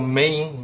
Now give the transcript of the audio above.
main